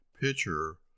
pitcher